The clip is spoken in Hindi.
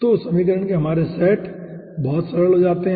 तो समीकरण के हमारे सेट बहुत सरल हो जाते हैं